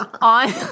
on